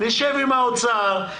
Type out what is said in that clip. נשב עם האוצר,